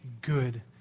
good